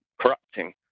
corrupting